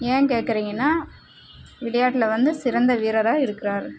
ஏன் கேட்கறீங்கன்னா விளையாட்டில் வந்து சிறந்த வீரராக இருக்கிறாரு